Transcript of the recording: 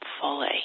fully